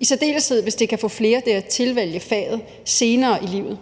i særdeleshed hvis det kan få flere til at tilvælge faget senere i livet.